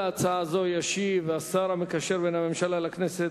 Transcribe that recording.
ישיב השר המקשר בין הממשלה לכנסת,